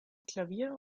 klavier